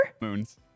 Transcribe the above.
Moon's